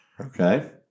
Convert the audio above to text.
Okay